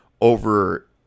over